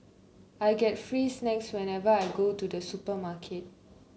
I get free snacks whenever I go to the supermarket